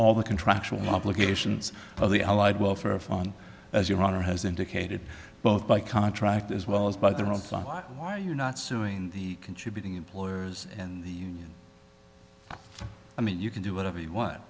all the contractual obligations of the allied welfare phone as your honor has indicated both by contract as well as by the reply why are you not suing the contributing employers and the union i mean you can do whatever you want